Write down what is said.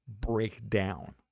breakdown